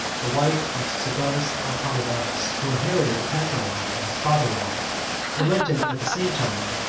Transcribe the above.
the wife of sidonius apollinaris, who inherited the patrimony of his father-in-law lamenting, at the same time,